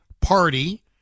party